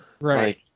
right